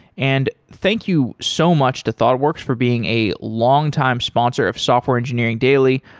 and thank you so much to thoughtworks for being a longtime sponsor of software engineering daily.